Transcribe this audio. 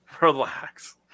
Relax